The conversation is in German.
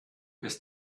ist